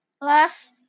left